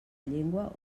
llengua